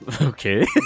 Okay